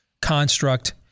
construct